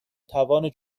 توان